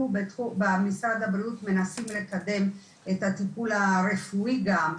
אנחנו במשרד הבריאות מנסים לקדם את הטיפול הרפואי גם,